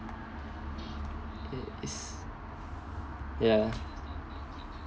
ya